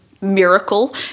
miracle